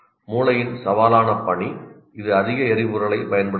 மூளையின் சவாலான பணி அது அதிக எரிபொருளைப் பயன்படுத்துகிறது